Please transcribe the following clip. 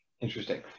Interesting